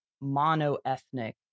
mono-ethnic